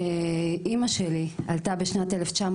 אמא שלי עלתה בשנת 1984 לארץ,